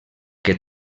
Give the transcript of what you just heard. que